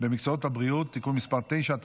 במקצועות הבריאות (תיקון מס' 9),